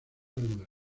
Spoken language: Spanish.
algunas